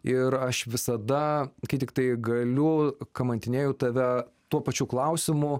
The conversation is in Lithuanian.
ir aš visada kai tiktai galiu kamantinėju tave tuo pačiu klausimu